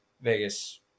Vegas